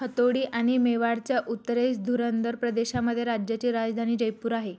हडोती आणि मेवाडच्या उत्तरेस धुंदर प्रदेशामध्ये राज्याची राजधानी जयपूर आहे